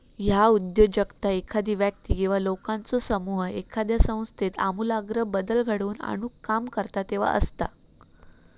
ह्या उद्योजकता एखादो व्यक्ती किंवा लोकांचो समूह एखाद्यो संस्थेत आमूलाग्र बदल घडवून आणुक काम करता तेव्हा असता